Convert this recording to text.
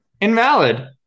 Invalid